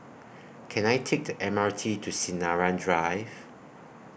Can I Take The M R T to Sinaran Drive